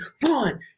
one